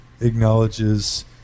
acknowledges